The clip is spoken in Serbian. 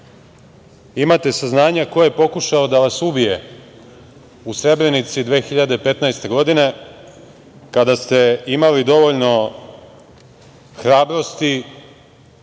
imate saznanja ko je pokušao da vas ubije u Srebrenici 2015. godine kada ste imali dovoljno hrabrosti